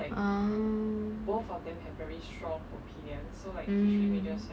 ah mm